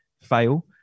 fail